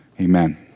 amen